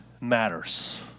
matters